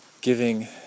giving